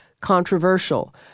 controversial